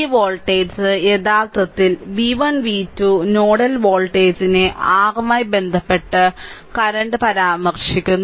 ഈ വോൾട്ടേജ് യഥാർത്ഥത്തിൽ v1 v2 nodal വോൾട്ടേജിനെ r യുമായി ബന്ധപ്പെട്ട് കറന്റ് പരാമർശിക്കുന്നു